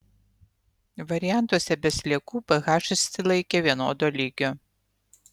variantuose be sliekų ph išsilaikė vienodo lygio